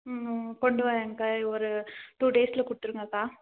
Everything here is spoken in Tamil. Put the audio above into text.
ம் கொண்டு வரேன்க்கா ஒரு டூ டேஸில் கொடுத்துடுங்கக்கா